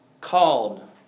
called